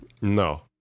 No